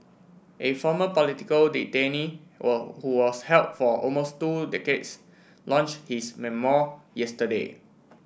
a former political detainee were who was held for almost two decades launch his memoir yesterday